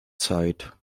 zeit